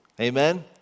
amen